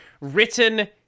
written